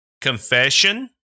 Confession